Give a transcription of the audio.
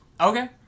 Okay